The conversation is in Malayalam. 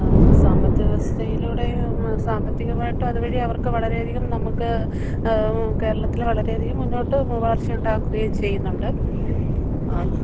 സാമ്പത്തിക വ്യവസ്ഥയിലൂടെ സാമ്പത്തികമായിട്ട് അതുവഴി അവർക്ക് വളരെയധികം നമ്മൾക്ക് കേരളത്തിൽ വളരെയധികം മുന്നോട്ട് വളർച്ചയുണ്ടാക്കുകയും ചെയ്യുന്നുണ്ട്